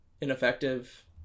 ineffective